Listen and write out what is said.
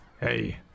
Hey